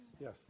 Yes